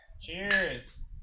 Cheers